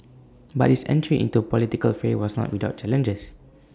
but his entry into the political fray was not without challenges